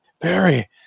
Barry